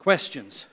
Questions